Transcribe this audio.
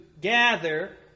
gather